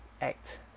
act